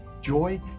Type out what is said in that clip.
joy